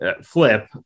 flip